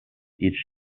each